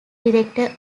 director